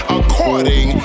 according